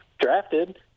drafted